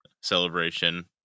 celebration